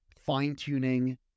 fine-tuning